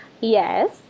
Yes